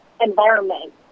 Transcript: environment